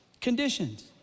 conditions